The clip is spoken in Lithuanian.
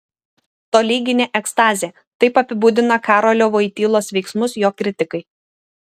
tolyginė ekstazė taip apibūdina karolio voitylos veiksmus jo kritikai